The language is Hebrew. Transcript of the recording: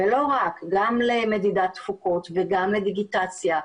ולא רק, גם למדידת תפוקות וגם לדיגיטציה.